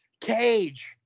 Cage